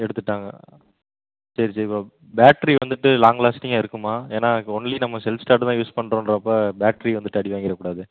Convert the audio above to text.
எடுத்துட்டாங்கள் சரி சரி bro battery வந்துட்டு லாங் லாஸ்ட்டிங்காக இருக்குமா ஏன்னா இப்போ ஒன்லி நம்ம ஷெல்ப் ஸ்டார்ட்டு தான் யூஸ் பண்ணுறோன்றப்ப பேட்ரி வந்துட்டு அடி வாங்கிடக் கூடாது